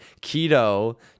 Keto